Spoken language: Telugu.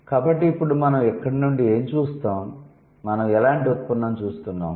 కాబట్టి ఇప్పుడు మనం ఇక్కడ నుండి ఏమి చూస్తాము మనం ఎలాంటి ఉత్పన్నం చూస్తాము